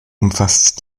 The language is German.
umfasst